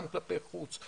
גם כלפי חוץ,